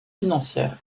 financières